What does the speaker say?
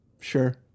sure